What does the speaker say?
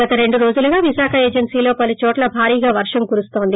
గత రెండు రోజులుగా విశాఖ ఏజెన్సీలో పలు చోట్ల భారీగా వర్షం కురుస్తోంది